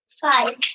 Five